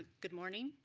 ah good morning.